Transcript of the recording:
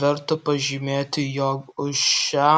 verta pažymėti jog už šią